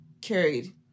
carried